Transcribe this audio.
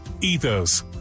Ethos